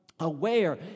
Aware